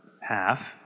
half